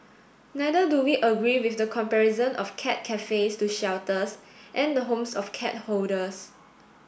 neither do we agree with the comparison of cat cafes to shelters and the homes of cat hoarders